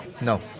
No